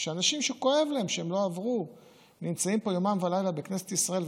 אנשים שכואב להם שהם לא עברו נמצאים פה יומם ולילה בכנסת ישראל,